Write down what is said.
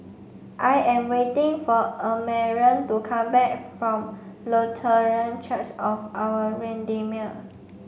I am waiting for Amarion to come back from Lutheran Church of Our Redeemer